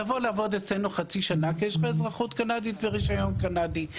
תבוא לעבוד אצלנו חצי שנה כי יש לך אזרחות קנדית ורישיון קנדי.